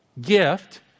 gift